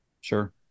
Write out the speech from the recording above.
Sure